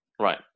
Right